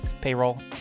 payroll